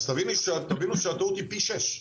אז תבינו שהטעות היא פי שש.